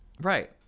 Right